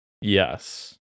Yes